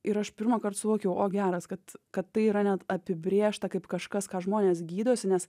ir aš pirmąkart suvokiau o geras kad kad tai yra net apibrėžta kaip kažkas ką žmonės gydosi nes